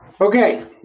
Okay